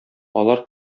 алар